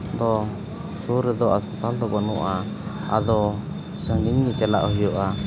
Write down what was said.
ᱫᱚ ᱥᱩᱨ ᱨᱮᱫᱚ ᱦᱟᱥᱯᱟᱛᱟᱞ ᱫᱚ ᱵᱟᱹᱱᱩᱜᱼᱟ ᱟᱫᱚ ᱥᱟᱺᱜᱤᱧ ᱛᱮ ᱪᱟᱞᱟᱜ ᱦᱩᱭᱩᱜᱼᱟ